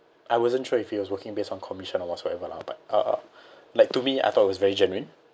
I wasn't sure if he was working based on commission or whatsoever lah but uh like to me I thought it was very genuine